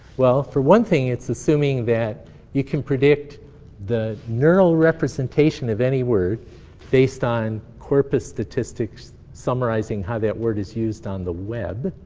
well, for one thing, it's assuming that you can predict the neural representation of any word based on corpus statistics summarizing how that word is used on the web.